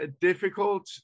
difficult